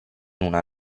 una